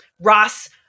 Ross